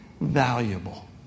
valuable